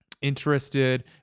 interested